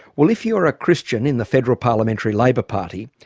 well, if you're a christian in the federal parliamentary labor party,